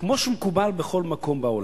כמו שמקובל בכל מקום בעולם.